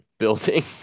building